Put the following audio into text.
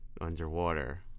underwater